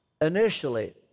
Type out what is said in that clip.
initially